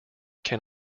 can